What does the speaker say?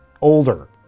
older